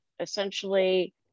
essentially